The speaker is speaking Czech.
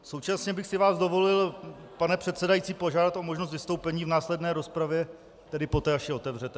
Současně bych si vás dovolil, pane předsedající, požádat o možnost vystoupení v následné rozpravě, tedy poté, až ji otevřete.